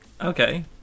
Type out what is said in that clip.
Okay